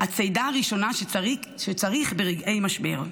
הצעידה הראשונה שצריך ברגעי משבר.